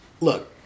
Look